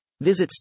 Visit